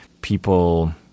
people